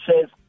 says